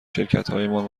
شرکتهایمان